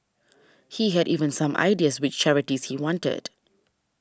he had even some ideas which charities he wanted